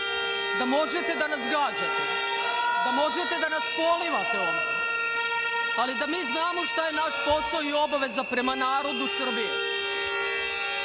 da možete da nas gađate, da možete da nas polivate ovde, ali da mi znamo šta je naš posao i obaveza prema narodu Srbije